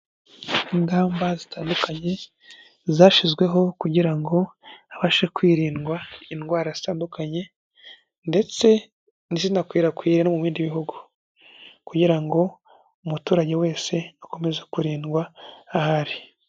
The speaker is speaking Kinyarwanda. Ingamba zitandukanye zashyizweho kugira ngo habashe kwirindwa indwara zitandukanye ndetse ntizinakwirakwire no mu bindi bihugu kugira ngo umuturage wese akomeze kurindwa aho ari.